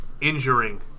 injuring